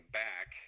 back